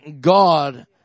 God